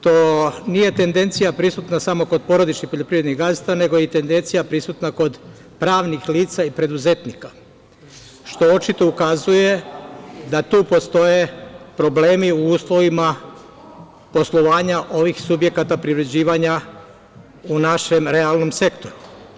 Ta tendencija nije prisutna samo kod porodičnih poljoprivrednih gazdinstava, nego je i tendencija prisutna kod pravnih lica i preduzetnika, što očito ukazuje da tu postoje problemi u uslovima poslovanja onih subjekata privređivanja u našem realnom sektoru.